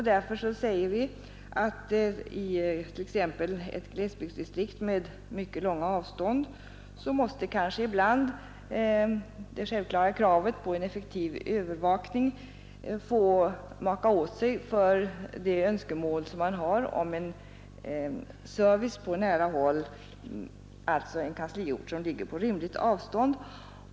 Därför säger vi att i t.ex. ett glesbygdsdistrikt med mycket långa avstånd det självklara kravet på en effektiv övervakning ibland får maka åt sig för de önskemål man har om en service på nära håll, dvs. en kansliort som ligger på rimligt avstånd.